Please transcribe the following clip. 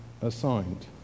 assigned